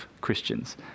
Christians